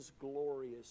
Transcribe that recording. glorious